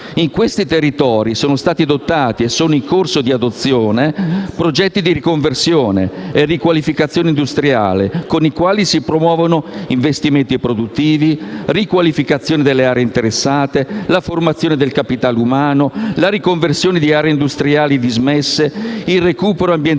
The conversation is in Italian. In questi territori sono stati adottati o sono in corso di adozione progetti di riconversione e riqualificazione industriale, con i quali si promuovono gli investimenti produttivi, la riqualificazione delle aree interessate, la formazione del capitale umano, la riconversione di aree industriali dismesse, il recupero ambientale,